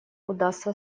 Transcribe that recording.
удастся